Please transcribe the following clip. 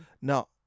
Now